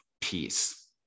peace